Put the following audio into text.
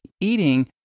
eating